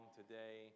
today